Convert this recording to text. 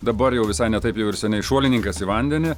dabar jau visai ne taip jau ir seniai šuolininkas į vandenį